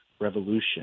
Revolution